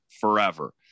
forever